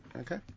Okay